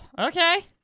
Okay